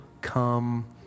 come